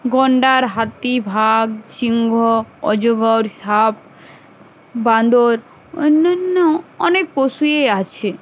গন্ডার হাতি বাঘ সিংহ অজগর সাপ বাঁদর অন্যান্য অনেক পশুই আছে